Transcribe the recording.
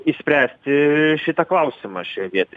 išspręsti šitą klausimą šioj vietoj